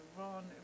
run